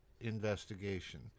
investigation